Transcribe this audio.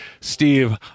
Steve